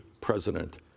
president